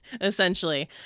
essentially